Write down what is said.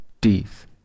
teeth